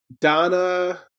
Donna